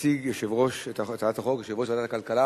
יציג את הצעת החוק יושב-ראש ועדת הכלכלה,